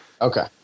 Okay